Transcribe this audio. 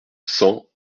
cent